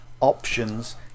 options